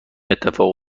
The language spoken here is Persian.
اتفاق